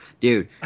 Dude